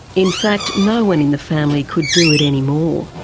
in fact, no one in the family could do it anymore.